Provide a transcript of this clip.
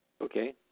Okay